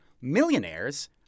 millionaires